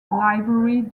library